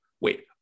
wait